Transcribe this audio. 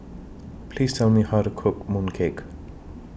Please Tell Me How to Cook Mooncake